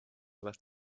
left